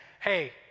hey